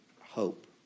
hope